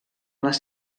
les